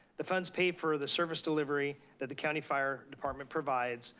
the funds paid for the service delivery that the county fire department provides,